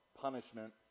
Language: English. punishment